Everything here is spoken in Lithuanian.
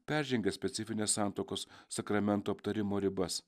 peržengia specifines santuokos sakramento aptarimo ribas